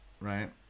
right